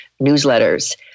newsletters